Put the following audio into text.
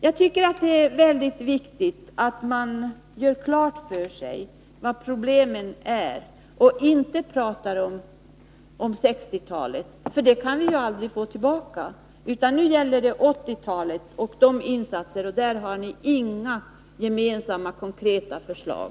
Jag tycker det är viktigt att man gör klart för sig vilka problemen är och inte talar om 1960-talet, som vi ju aldrig kan få tillbaka. Nu gäller det 1980-talet och de insatser som bör göras. Där har ni inga gemensamma konkreta förslag.